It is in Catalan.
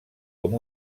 com